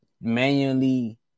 manually